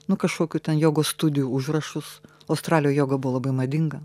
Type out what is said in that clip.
nu kažkokių ten jogos studijų užrašus australijoj joga buvo labai madinga